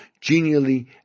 genially